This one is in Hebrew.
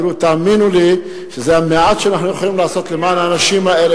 תאמינו לי שזה המעט שאנחנו יכולים לעשות למען האנשים האלה.